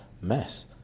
mess